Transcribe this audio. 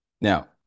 Now